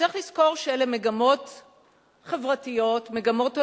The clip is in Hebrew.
צריך לזכור שאלה מגמות חברתיות, מגמות עולמיות,